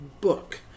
book